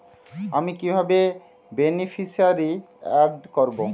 আমি কিভাবে beneficiary add করব?